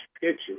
picture